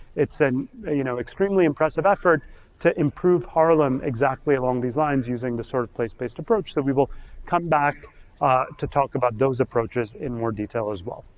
it's an you know extremely impressive effort to improve harlem exactly along these lines using the sort of place-based approach. so we will come back ah to talk about those approaches in more detail as well,